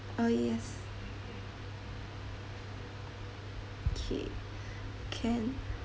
uh yes okay can